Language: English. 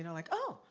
you know like, oh,